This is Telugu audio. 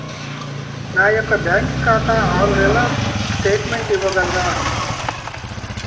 నా యొక్క బ్యాంకు ఖాతా ఆరు నెలల స్టేట్మెంట్ ఇవ్వగలరా?